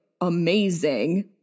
amazing